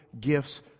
gifts